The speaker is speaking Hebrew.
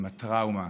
עם הטראומה,